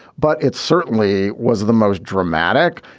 but it certainly was the most dramatic.